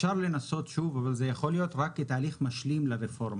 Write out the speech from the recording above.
אפשר לנסות שוב אבל זה יכול להיות רק כתהליך משלים לרפורמה.